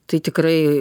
tai tikrai